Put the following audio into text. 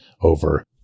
over